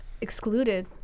excluded